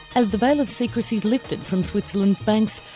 as the veil of secrecy is lifted from switzerland's banks,